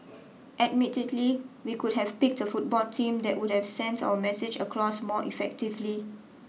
admittedly we could have picked a football team that would have sent our message across more effectively